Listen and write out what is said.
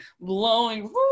blowing